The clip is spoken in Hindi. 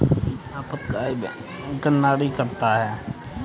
अपतटीय बैंक व्यापारी क्रियाकलाप नहीं करता है